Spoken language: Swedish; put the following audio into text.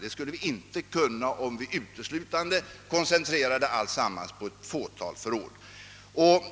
Det skulle vi inte kunna göra, om vi koncentrerade alla förråd till ett fåtal ställen.